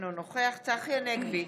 אינו נוכח צחי הנגבי,